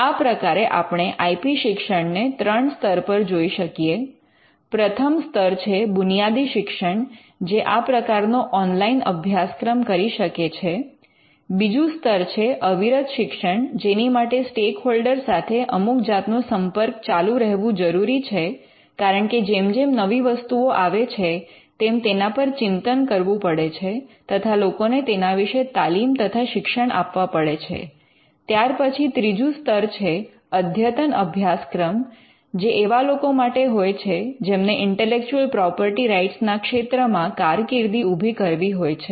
આ પ્રકારે આપણે આઇ પી શિક્ષણ ને ત્રણ સ્તર પર જોઈ શકીએ પ્રથમ સ્તર છે બુનિયાદી શિક્ષણ જે આ પ્રકારનો ઑનલાઇન અભ્યાસક્રમ કરી શકે છે બીજું સ્તર છે અવિરત શિક્ષણ જેની માટે સ્ટેકહોલ્ડર સાથે અમુક જાતનો સંપર્ક ચાલુ રહેવું જરૂરી છે કારણ કે જેમ જેમ નવી વસ્તુઓ આવે છે તેમ તેના પર ચિંતન કરવું પડે છે તથા લોકોને તેના વિશે તાલીમ તથા શિક્ષણ આપવા પડે છે ત્યાર પછી ત્રીજું સ્તર છે અધ્યતન અભ્યાસક્રમ જે એવા લોકો માટે હોય છે જેમને ઇન્ટેલેક્ચુઅલ પ્રોપર્ટી રાઇટ્સ ના ક્ષેત્રમાં કારકિર્દી ઉભી કરવી હોય છે